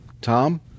Tom